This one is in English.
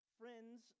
friends